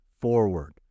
forward